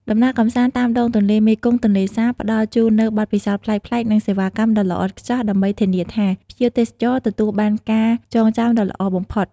ដំណើរកម្សាន្តតាមដងទន្លេមេគង្គ-ទន្លេសាប ផ្តល់ជូននូវបទពិសោធន៍ប្លែកៗ និងសេវាកម្មដ៏ល្អឥតខ្ចោះដើម្បីធានាថា ភ្ញៀវទេសចរទទួលបានការចងចាំដ៏ល្អបំផុត។